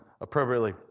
appropriately